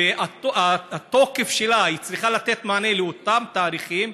והיא צריכה לתת מענה לאותם תאריכים,